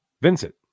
Vincent